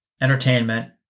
entertainment